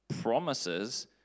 promises